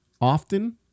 often